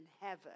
heaven